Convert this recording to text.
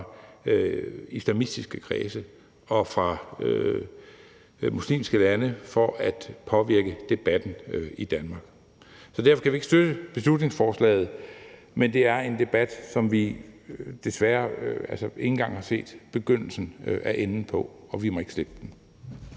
islamistiske kredse og fra muslimske lande, for at påvirke debatten i Danmark. Så derfor kan vi ikke støtte beslutningsforslaget, men det er en debat, som vi desværre ikke engang har set begyndelsen af enden på, og vi må ikke slippe den.